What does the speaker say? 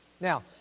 Now